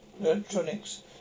Electronics